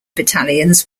battalions